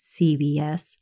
CBS